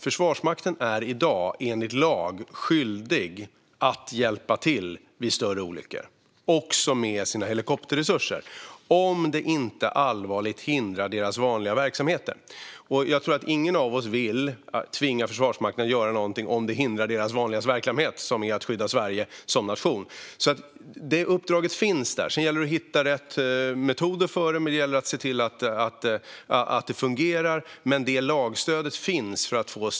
Försvarsmakten är i dag enligt lag skyldig att hjälpa till vid större olyckor, också med sina helikopterresurser, om det inte allvarligt hindrar deras vanliga verksamheter. Jag tror inte att någon av oss vill tvinga Försvarsmakten att göra någonting om det hindrar deras vanliga verksamhet, som är att skydda Sverige som nation. Det uppdraget finns alltså där. Det gäller att hitta rätt metoder för det och att se till att det fungerar, men lagstödet finns.